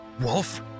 Wolf